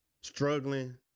struggling